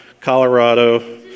Colorado